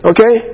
Okay